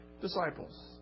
disciples